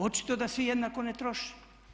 Očito da svi jednako ne troše.